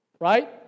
right